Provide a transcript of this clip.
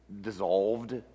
dissolved